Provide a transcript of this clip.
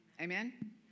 Amen